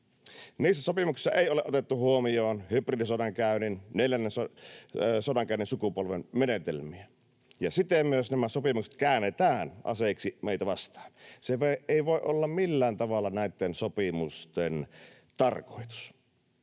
Niissä sopimuksissa ei ole otettu huomioon hybridisodankäynnin, neljännen sodankäynnin sukupolven menetelmiä, ja siten myös nämä sopimukset käännetään aseeksi meitä vastaan. Se ei voi olla millään tavalla näitten sopimusten tarkoitus.